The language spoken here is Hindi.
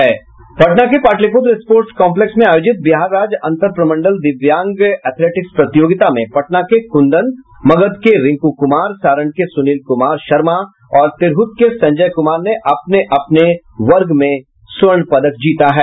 पटना के पाटलिपुत्र स्पोर्ट्स कम्पलेक्स में आयोजित बिहार राज्य अंतर प्रमंडल दिव्यांग एथेलेटिक्स प्रतियोगिता में पटना के कुंदन मगध के रिन्कू कुमार सारण के सुनील कुमार शर्मा और तिरहुत के संजय कुमार ने अपने अपने वर्ग में स्वर्ण पदक जीता है